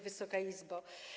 Wysoka Izbo!